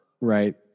Right